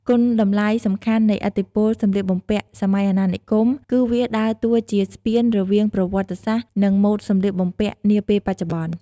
គុណតម្លៃសំខាន់នៃឥទ្ធិពលសម្លៀកបំពាក់សម័យអាណានិគម គឺវាដើរតួជាស្ពានរវាងប្រវត្តិសាស្ត្រ និង ម៉ូដសម្លៀកបំពាក់នាពេលបច្ចុបន្ន។